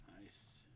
Nice